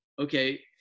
Okay